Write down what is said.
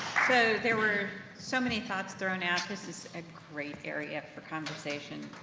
so, there were so many thoughts thrown out. this is a great area for conversation. ah,